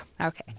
Okay